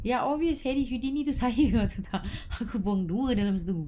ya obvious harry houdini tu saya tentang aku bawa dua